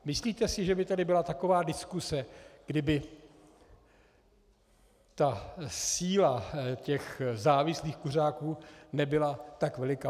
Myslíte si, že by tady byla taková diskuse, kdyby síla těch závislých kuřáků nebyla tak veliká?